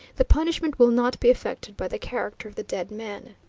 the punishment will not be affected by the character of the dead man.